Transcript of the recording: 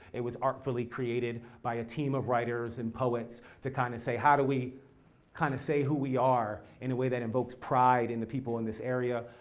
it was artfully created by a team of writers and poets to kinda kind of say how do we kind of say who we are in a way that invokes pride in the people in this area?